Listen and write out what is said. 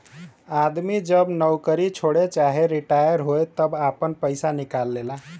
आदमी जब नउकरी छोड़े चाहे रिटाअर होए तब आपन पइसा निकाल लेला